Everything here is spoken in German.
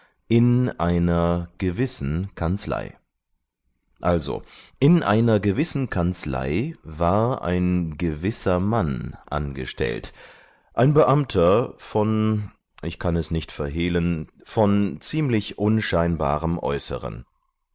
in einer gewissen kanzlei also in einer gewissen kanzlei war ein gewisser mann angestellt ein beamter von ich kann es nicht verhehlen von ziemlich unscheinbarem äußeren